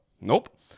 Nope